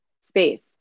space